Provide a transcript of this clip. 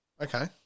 Okay